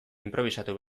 inprobisatu